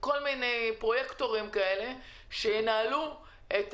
כל מיני פרויקטורים כאלה שינהלו את